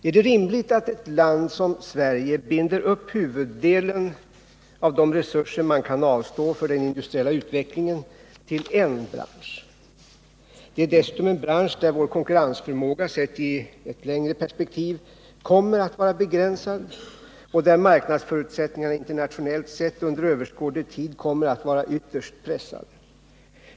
Är det rimligt att ett land som Sverige binder upp huvuddelen av de resurser man kan avstå för den industriella utvecklingen till en bransch? Det är dessutom en bransch där vår konkurrensförmåga sett i det längre perspektivet kommer att vara begränsad och där marknadsförutsättningarna internationellt sett under överskådlig tid kommer att vara ytterst pressade.